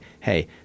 hey